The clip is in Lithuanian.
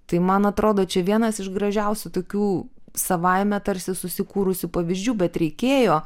tai man atrodo čia vienas iš gražiausių tokių savaime tarsi susikūrusių pavyzdžių bet reikėjo